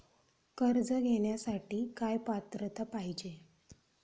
कर्ज घेण्यासाठी काय पात्रता पाहिजे?